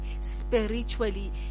spiritually